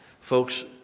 Folks